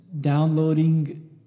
...downloading